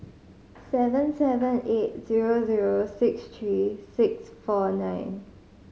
seven seven eight zero zero six three six four nine